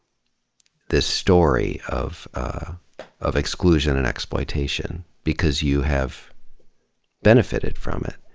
this story of of exclusion and exploitation, because you have benefited from it.